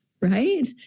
Right